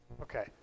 Okay